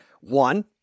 One